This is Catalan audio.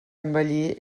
envellir